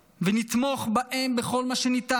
ונתמוך בהם בכל מה שניתן,